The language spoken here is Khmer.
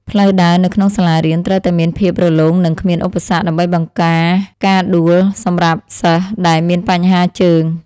ផ្លូវដើរនៅក្នុងសាលារៀនត្រូវតែមានភាពរលោងនិងគ្មានឧបសគ្គ ដើម្បីបង្ការការដួលសម្រាប់សិស្សដែលមានបញ្ហាជើង។